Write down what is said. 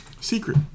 Secret